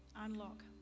unlock